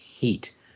heat